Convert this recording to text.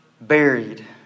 buried